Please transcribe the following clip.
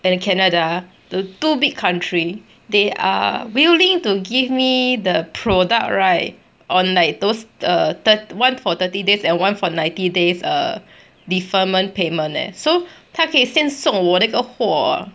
and in canada the two big country they are willing to give me the product right on like those err thir~ one for thirty days and one for ninety days err deferment payment leh so 他可以先送我那个货